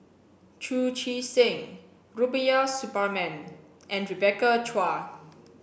Chu Chee Seng Rubiah Suparman and Rebecca Chua